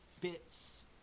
bits